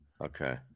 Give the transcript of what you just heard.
Okay